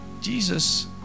Jesus